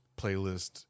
playlist